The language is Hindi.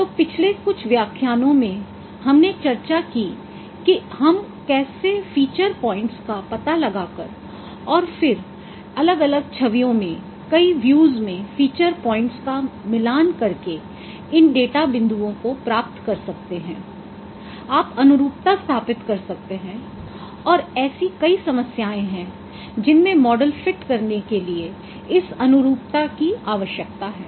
तो पिछले कुछ व्याख्यानों में हमने चर्चा की कि हम कैसे फ़ीचर पॉइंट्स का पता लगाकर और फिर अलग अलग छवियों में कई व्यूज़ में फ़ीचर पॉइंट्स का मिलान करके इन डेटा बिंदुओं को प्राप्त कर सकते हैं आप अनुरूपता स्थापित कर सकते हैं और ऐसी कई समस्याएं हैं जिन में मॉडल फिट करने के लिए इस अनुरूपता की आवश्यकता है